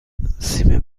سیم